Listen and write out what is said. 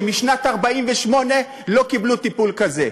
משנת 1948 לא קיבלו טיפול כזה,